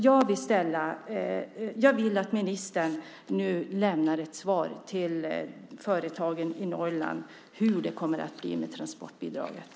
Jag vill att ministern nu lämnar ett svar till företagen i Norrland om hur det kommer att bli med transportbidraget.